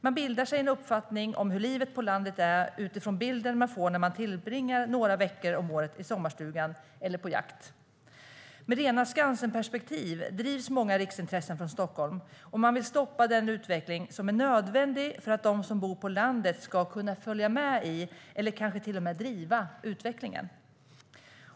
Man bildar sig en uppfattning om hur livet på landet är utifrån bilden man får när man tillbringar några veckor om året i sommarstugan eller på jakt. Med rena Skansenperspektiv drivs många riksintressen från Stockholm, och man vill stoppa den utveckling som är nödvändig för att de som bor på landet ska kunna följa med i eller kanske till och med driva utvecklingen.